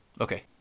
Okay